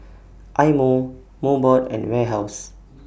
Eye Mo Mobot and Warehouse